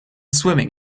swimming